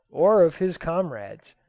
or of his comrades.